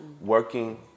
working